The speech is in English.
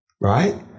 Right